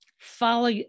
follow